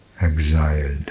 exiled